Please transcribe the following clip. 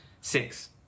six